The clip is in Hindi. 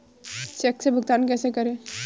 चेक से भुगतान कैसे करें?